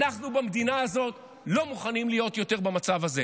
אנחנו במדינה הזאת לא מוכנים להיות יותר במצב הזה.